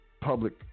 public